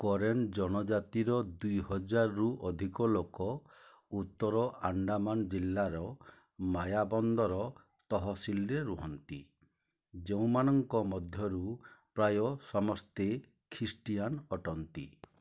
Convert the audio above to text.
କରେନ ଜନଜାତିର ଦୁଇ ହଜାରରୁ ଅଧିକ ଲୋକ ଉତ୍ତର ଆଣ୍ଡାମାନ ଜିଲ୍ଲାର ମାୟାବନ୍ଦର ତହସିଲରେ ରୁହନ୍ତି ଯେଉଁମାନଙ୍କ ମଧ୍ୟରୁ ପ୍ରାୟ ସମସ୍ତେ ଖ୍ରୀଷ୍ଟିଆନ ଅଟନ୍ତି